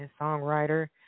songwriter